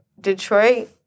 Detroit